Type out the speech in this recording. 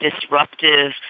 disruptive